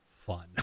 fun